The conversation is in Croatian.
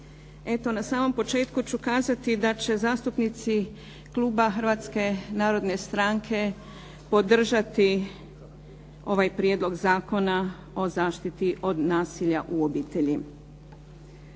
Eto, na samom početku ću kazati da će zastupnici kluba Hrvatske narodne stranke podržati ovaj Prijedlog zakona o zaštiti od nasilja u obitelji.